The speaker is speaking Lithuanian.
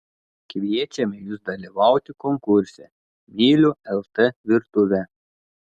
kviečiame jus dalyvauti konkurse myliu lt virtuvę